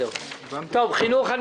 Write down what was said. אני